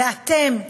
ואתם,